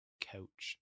couch